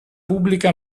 pubblica